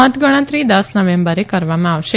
મત ગણતરી દસ નવેમ્બરે કરવામાં આવશે